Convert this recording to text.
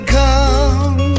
come